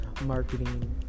marketing